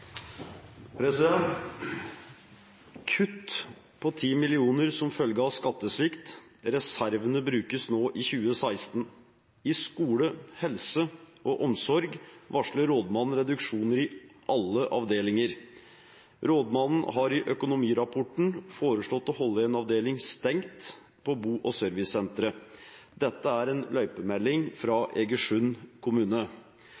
Kutt på 10 mill. kr som følge av skattesvikt. Reservene brukes nå i 2016. I skole, helse og omsorg varsler rådmannen reduksjoner i alle avdelinger. Rådmannen har i økonomirapporten foreslått å holde en avdeling stengt på bo- og servicesenteret. – Dette er en løypemelding fra Egersund kommune.